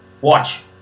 Watch